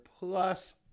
plus